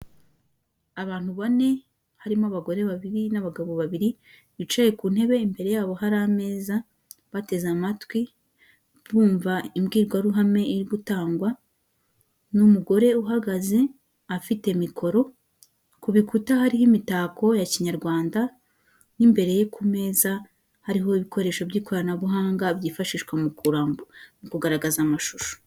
Abantu bane harimo abagore babiri n'abagabo babiri bicaye ku ntebe imbere yabo hari ameza bateze amatwi bumva imbwirwaruhame iri gutangwa n'umugore uhagaze afite mikoro, ku bikuta hari imitako ya kinyarwanda n'imbere ye ku meza hariho ibikoresho by'ikoranabuhanga byifashishwa mu kuramba mu kugaragaza amashusho.